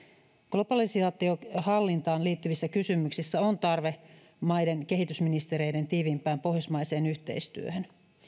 globalisaation hallintaan liittyvissä kysymyksissä on tarve maiden kehitysministereiden tiiviimpään pohjoismaiseen yhteistyöhön